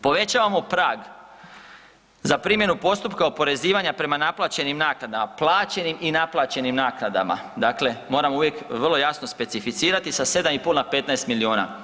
Povećavamo prag za primjenu postupka oporezivanja prema naplaćenim naknadama, plaćenim i naplaćenim naknadama, dakle, moram uvijek vrlo jasno specificirati, sa 7,5 na 15 milijuna.